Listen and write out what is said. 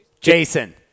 Jason